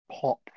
pop